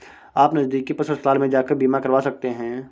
आप नज़दीकी पशु अस्पताल में जाकर बीमा करवा सकते है